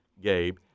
Gabe